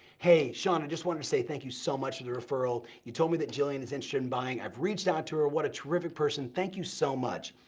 hey, sean, i just wanted to say, thank you so much for the referral, you told me that jillian is interested in buying, i've reached out to her, what a terrific person. thank you so much.